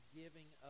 giving